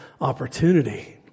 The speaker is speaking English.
opportunity